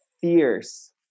fierce